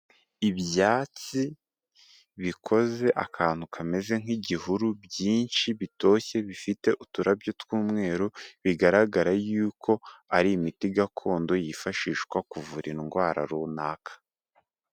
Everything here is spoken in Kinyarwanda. Ibyatsi bikoze akantu kameze nk'igihuru byinshi bitoshye bifite uturabyo tw'umweru, bigaragara y'uko ari imiti gakondo yifashishwa kuvura indwara runaka.